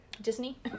Disney